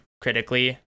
critically